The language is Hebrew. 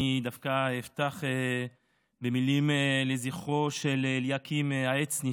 אני דווקא אפתח במילים לזכרו של אליקים העצני,